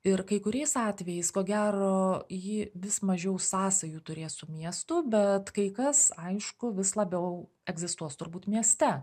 ir kai kuriais atvejais ko gero ji vis mažiau sąsajų turės su miestu bet kai kas aišku vis labiau egzistuos turbūt mieste